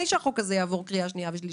שהחוק הזה יעבור קריאה שנייה ושלישית.